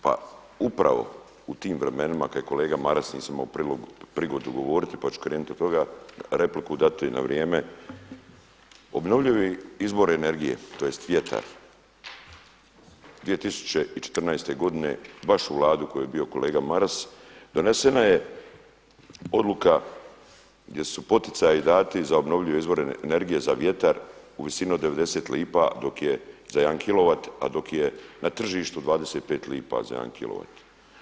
Pa upravo u tim vremenima kada je kolega Maras, nisam imao prigodu govoriti pa ću krenuti od toga, repliku dati na vrijeme, obnovljivi izvori energije tj. vjetar 2014. godine baš u vladi u kojoj je bio kolega Maras donesena je odluka gdje su poticaji dati za obnovljive izvore energije za vjetar u visini od 90 lipa za jedan kilovat, a dok je na tržištu 25 lipa za jedan kilovat.